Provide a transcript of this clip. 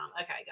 Okay